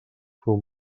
fum